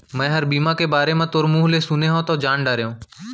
मैंहर बीमा के बारे म तोर मुँह ले सुने हँव तव जान डारेंव